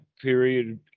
period